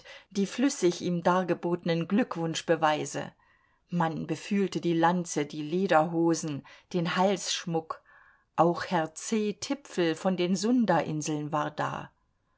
die flüssig ihm dargebotenen glückwunschbeweise man befühlte die lanze die lederhosen den halsschmuck auch herr c tipfel von den sunda inseln war da